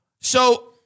So-